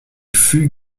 fut